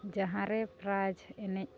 ᱡᱟᱦᱟᱸ ᱨᱮ ᱯᱨᱟᱭᱤᱡᱽ ᱮᱱᱮᱡ